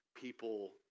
people